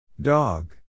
Dog